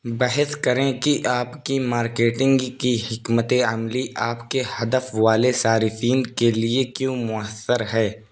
بحث کریں کہ آپ کی مارکیٹنگ کی حکمت عملی آپ کے ہدف والے صارفین کے لیے کیوں مؤثر ہے